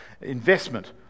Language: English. investment